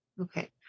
Okay